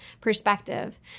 perspective